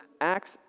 acts